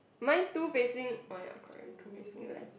mine two facing oh ya correct two facing left